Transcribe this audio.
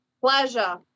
Pleasure